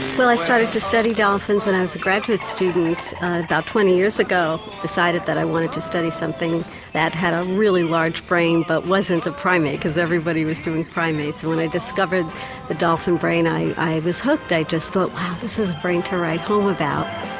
i started to study dolphins when i was a graduate student about twenty years ago and decided that i wanted to study something that had a really large frame but wasn't a primate because everybody was doing primates, and when i discovered the dolphin brain i i was hooked, i just thought wow this is brain to write home about.